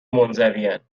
منزوین